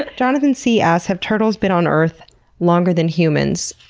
ah jonathan c. asks have turtles been on earth longer than humans?